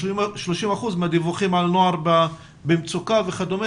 30% מהדיווחים על נוער במצוקה וכדומה,